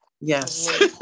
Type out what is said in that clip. Yes